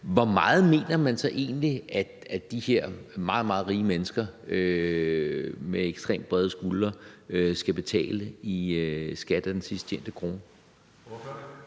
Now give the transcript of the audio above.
hvor meget mener man så egentlig at de her meget, meget rige mennesker med ekstremt brede skuldre skal betale i skat af den sidst tjente krone?